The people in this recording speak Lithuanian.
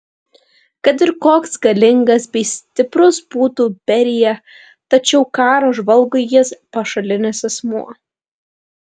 kad ir koks galingas bei stiprus būtų berija tačiau karo žvalgui jis pašalinis asmuo